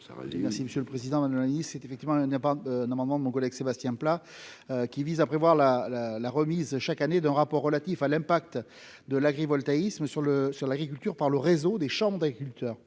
merci monsieur. Président, madame, c'est, effectivement, n'est pas normalement, mon collègue Sébastien Pla, qui vise à prévoir la la la remise chaque année d'un rapport relatif à l'impact de l'agrivoltaïsme sur le sur l'agriculture par le réseau des chambres d'agriculteurs